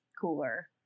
cooler